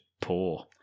poor